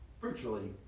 virtually